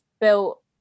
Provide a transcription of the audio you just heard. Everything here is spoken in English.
built